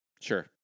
Sure